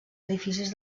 edificis